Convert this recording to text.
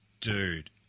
Dude